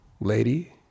lady